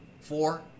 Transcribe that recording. four